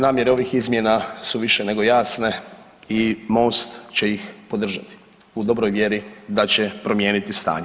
Namjera ovih izmjena su više nego jasne i Most će ih podržati u dobroj vjeri da će promijeniti stanje.